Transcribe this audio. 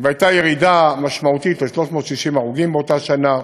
והייתה ירידה משמעותית ל-360 הרוגים באותה שנה,